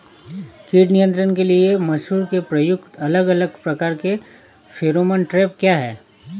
कीट नियंत्रण के लिए मसूर में प्रयुक्त अलग अलग प्रकार के फेरोमोन ट्रैप क्या है?